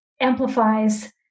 amplifies